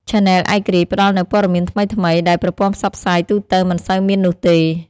ឆានែលឯករាជ្យផ្តល់នូវព័ត៌មានថ្មីៗ ដែលប្រព័ន្ធផ្សព្វផ្សាយទូទៅមិនសូវមាននោះទេ។